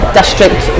district